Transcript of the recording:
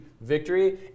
victory